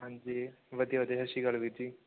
ਹਾਂਜੀ ਵਧੀਆ ਵਧੀਆ ਸਤਿ ਸ਼੍ਰੀ ਅਕਾਲ ਵੀਰ ਜੀ